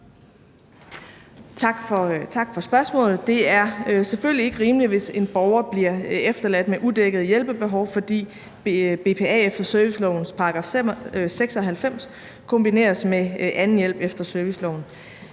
Tak for spørgsmålet. Det er selvfølgelig ikke rimeligt, hvis en borger bliver efterladt med udækkede hjælpebehov, fordi BPA efter servicelovens § 96 kombineres med anden hjælp efter serviceloven.